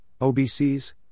OBCs